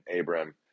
Abram